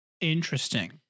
Interesting